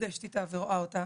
נפגשת איתה ואני רואה אותה.